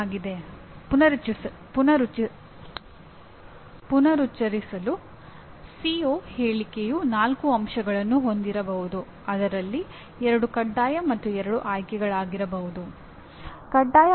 ನಂತರ ಬರುವುದು ಚೆನ್ನಾಗಿ ವ್ಯಾಖ್ಯಾನಿಸಿದ ಮತ್ತು ಕೆಟ್ಟದಾಗಿ ವ್ಯಾಖ್ಯಾನಿಸಿದ ಸಮಸ್ಯೆಗಳನ್ನು ಪರಿಹರಿಸುವ ಸಾಮರ್ಥ್ಯ